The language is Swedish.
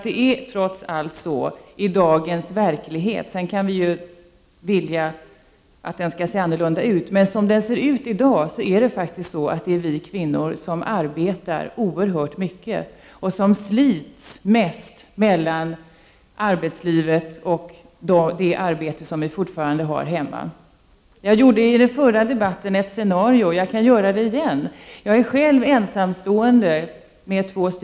Det är trots allt så i verkligheten som den ser ut i dag — sedan kan vi önska att den såg annorlunda ut — att det främst är vi kvinnor som arbetar oerhört mycket, som slits mest mellan arbetslivet och det arbete vi fortfarande har hemma. I förra debatten målade jag upp ett scenario och jag kan göra det igen. Jag är själv ensamstående med två barn.